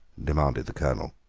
demanded the colonel.